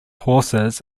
horses